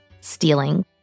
Stealing